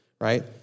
right